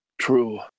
true